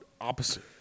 opposite